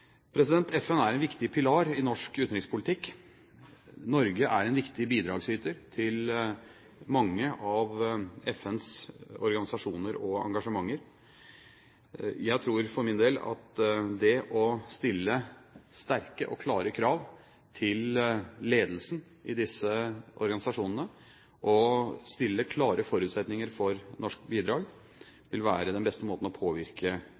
FN er en viktig pilar i norsk utenrikspolitikk, og Norge er en viktig bidragsyter til mange av FNs organisasjoner og engasjementer. Jeg tror for min del at det å stille sterke og klare krav til ledelsen i disse organisasjonene og stille klare forutsetninger for norske bidrag vil være den beste måten å påvirke